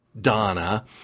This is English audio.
donna